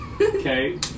Okay